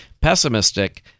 Pessimistic